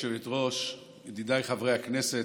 גברתי היושבת-ראש, ידידיי חברי הכנסת,